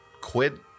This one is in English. quid